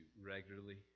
regularly